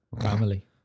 family